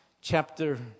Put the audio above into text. chapter